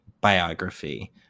biography